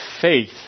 faith